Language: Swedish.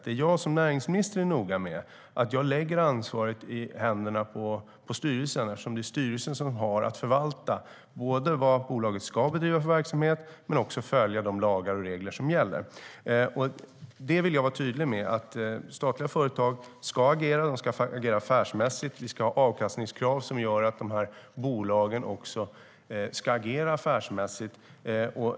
Det jag som näringsminister är noga med är att jag lägger ansvaret i händerna på styrelsen, för det är styrelsen som har att såväl förvalta vad bolaget ska bedriva för verksamhet som följa de lagar och regler som gäller. Jag vill vara tydlig med att statliga företag ska agera affärsmässigt och att vi ska ha avkastningskrav som gör att bolagen agerar affärsmässigt.